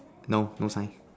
no no sign